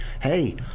Hey